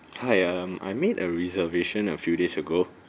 hi um I made a reservation a few days ago